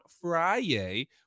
Friday